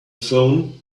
phone